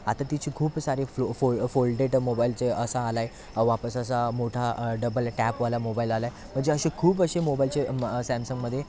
आता तिची खूप सारी फो फो फोल्डेड मोबाईलचे असा आला आहे वापस असा मोठा डबल टॅबवाला मोबाईल आला आहे म्हणजे असे खूप असे मोबाईलचे सॅमसंगमध्ये